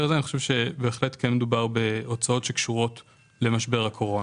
הזה אני חושב שכן מדובר בהוצאות שקשורות למשבר הקורונה.